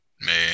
Man